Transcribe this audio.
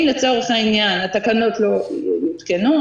אם לצורך העניין התקנות לא הותקנו,